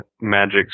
magic